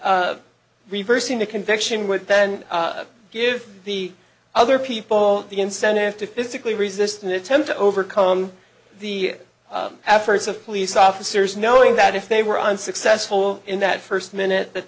that reversing the conviction would then give the other people the incentive to physically resistant attempt to overcome the efforts of police officers knowing that if they were unsuccessful in that first minute that